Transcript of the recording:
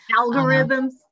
Algorithms